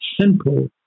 simple